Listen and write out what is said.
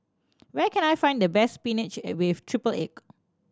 where can I find the best spinach with triple egg